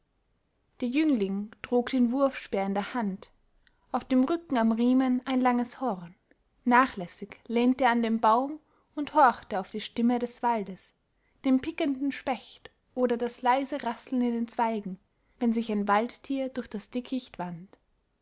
der jüngling trug den wurfspeer in der hand auf dem rücken am riemen ein langes horn nachlässig lehnte er an dem baum und horchte auf die stimme des waldes den pickenden specht oder das leise rasseln in den zweigen wenn sich ein waldtier durch das dickicht wand